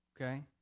Okay